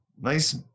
nice